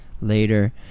later